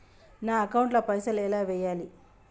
నా అకౌంట్ ల పైసల్ ఎలా వేయాలి?